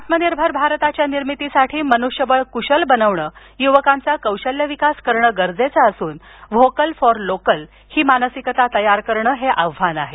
आत्मनिर्भर भारताच्या निर्मितीसाठी मनुष्यबळ कुशल बनवणं युवकांचा कौशल्यविकास करणं गरजेचं असून व्होकल फॉर लोकल ही मानसिकता तयार करणं हे आव्हान आहे